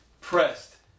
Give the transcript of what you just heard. pressed